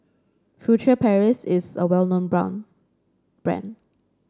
Furtere Paris is a well known brand